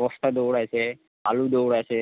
বস্তা দৌঁড় আছে আলু দৌঁড় আছে